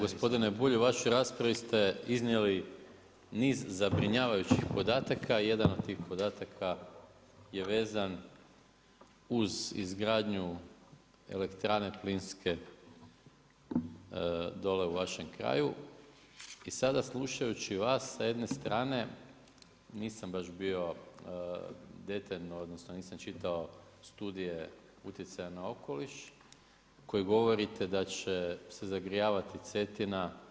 Gospodine Bulj, u vašoj raspravi ste iznijeli niz zabrinjavajućih podataka, jedan od tih podataka je vezan uz izgradnju elektrane plinske dolje u vašem kraju i sada slušajući vas s jedne strane, nisam baš bio detaljno odnosno nisam čitao studije utjecaja na okoliš koje govorite da će se zagrijavati Cetina.